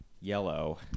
yellow